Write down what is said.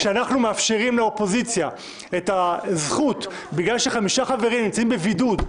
כשאנחנו מאפשרים לאופוזיציה את הזכות בגלל שחמישה חברים נמצאים בבידוד,